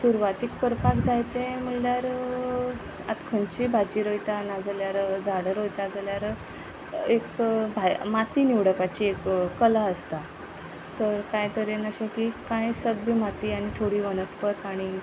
सुरवातीक करपाक जाय ते म्हळ्यार आतां खंयचीय भाजी रोयता नाजाल्यार झाडां रोयता जाल्यार एक माती निवडपाची एक कला आसता तर कांय तरेन अशें की कांय सभ्य माती आनी थोडी वनस्पत आनी